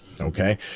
okay